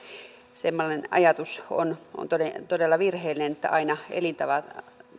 semmoinen ajatus on todella virheellinen että aina elintavat